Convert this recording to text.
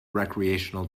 recreational